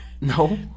No